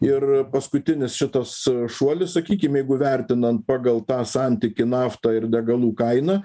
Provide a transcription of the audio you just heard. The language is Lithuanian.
ir paskutinis šitas šuolis sakykim jeigu vertinant pagal tą santykį naftą ir degalų kainą